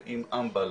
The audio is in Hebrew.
ועם אמב"ל